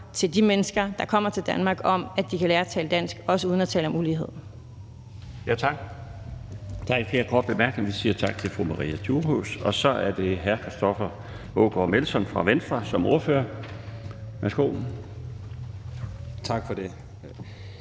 til de mennesker, der kommer til Danmark, om, at de kan lære at tale dansk, også uden at tale om ulighed.